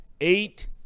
eight